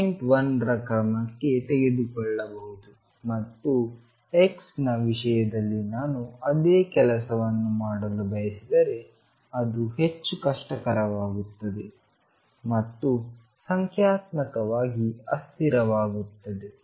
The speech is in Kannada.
1 ರ ಕ್ರಮಕ್ಕೆ ತೆಗೆದುಕೊಳ್ಳಬಹುದು ಮತ್ತು x ನ ವಿಷಯದಲ್ಲಿ ನಾನು ಅದೇ ಕೆಲಸವನ್ನು ಮಾಡಲು ಬಯಸಿದರೆ ಅದು ಹೆಚ್ಚು ಕಷ್ಟಕರವಾಗಿರುತ್ತದೆ ಮತ್ತು ಸಂಖ್ಯಾತ್ಮಕವಾಗಿ ಅಸ್ಥಿರವಾಗುತ್ತದೆ